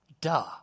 Duh